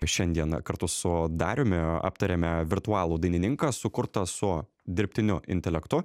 šiandieną kartu su dariumi aptarėme virtualų dainininką sukurtą su dirbtiniu intelektu